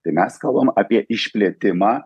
tai mes kalbam apie išplėtimą